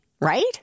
right